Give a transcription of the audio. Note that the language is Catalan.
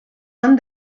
han